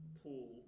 pool